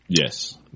Yes